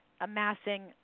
amassing